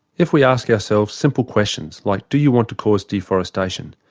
if we ask ourselves simple questions like do you want to cause deforestation,